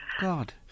God